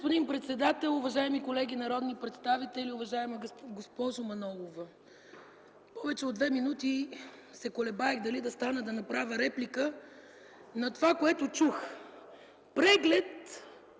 господин председател, уважаеми колеги народни представители! Уважаема госпожо Манолова, повече от две минути се колебаех дали да стана да направя реплика на това, което чух: преглед,